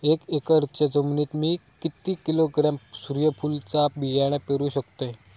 एक एकरच्या जमिनीत मी किती किलोग्रॅम सूर्यफुलचा बियाणा पेरु शकतय?